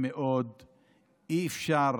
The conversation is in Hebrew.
אי-אפשר,